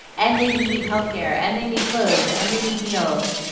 and they need health care. and they need clothes. and they need meals.